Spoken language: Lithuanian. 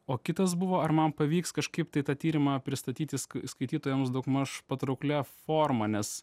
o kitas buvo ar man pavyks kažkaip tai tą tyrimą pristatyti skai skaitytojams daugmaž patrauklia forma nes